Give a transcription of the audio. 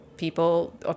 People